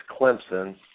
Clemson